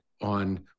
on